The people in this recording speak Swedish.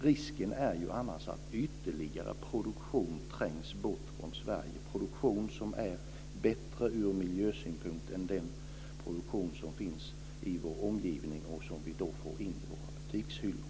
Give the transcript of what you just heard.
Risken är annars att ytterligare produktion trängs bort från Sverige, dvs. produktion som är bättre ur miljösynpunkt än den produktion som finns i vår omgivning och vi får in i våra butikshyllor.